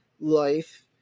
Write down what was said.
life